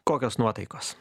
kokios nuotaikos